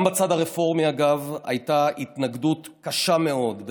גם בצד הרפורמי, אגב, הייתה התנגדות קשה מאוד.